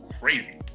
crazy